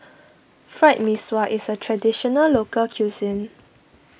Fried Mee Sua is a Traditional Local Cuisine